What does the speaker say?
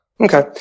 Okay